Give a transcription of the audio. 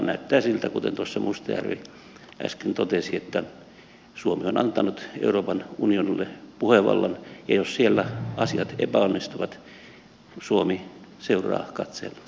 näyttää siltä kuten tuossa mustajärvi äsken totesi että suomi on antanut euroopan unionille puhevallan ja jos siellä asiat epäonnistuvat suomi seuraa katse e